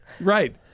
right